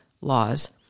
laws